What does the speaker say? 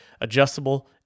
Adjustable